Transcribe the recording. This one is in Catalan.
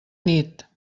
nit